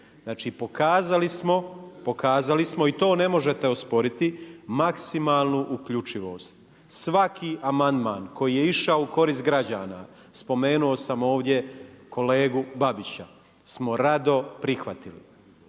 Znači pokazali smo, pokazali smo i to ne možete osporiti maksimalnu uključivost. Svaki amandman koji je išao u korist građana, spomenuo sam ovdje kolegu Babića, smo rado prihvatili.